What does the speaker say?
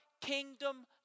kingdom